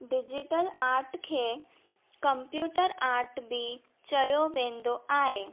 digital art खे computer art बि चयो वेंदो आहे